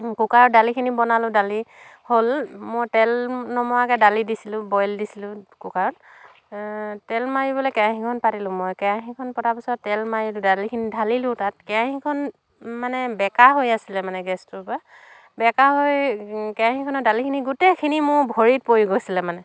কুকাৰত দালিখিনি বনালোঁ দালি হ'ল মোৰ তেল নমৰাকে দালি দিছিলোঁ বইল দিছিলোঁ কুকাৰত তেল মাৰিবলৈ কেৰাহীখন পাতিলোঁ মই কেৰাহীখন পতাৰ পিছত তেল মাৰি দালিখিনি ঢালিলো তাত কেৰাহীখন মানে বেঁকা হৈ আছিলে মানে গেছটোৰ পৰা বেঁকা হৈ কেৰাহীখনে দালিখিনি গোটেইখিনি মোৰ ভৰিত পৰি গৈছিলে মানে